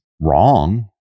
wrong